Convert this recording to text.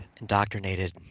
indoctrinated